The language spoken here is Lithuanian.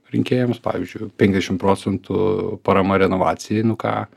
rinkėjams pavyzdžiui penkiasdešim procentų parama renovacijai nu ką